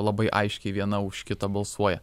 labai aiškiai viena už kitą balsuoja